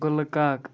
گُلہٕ کاک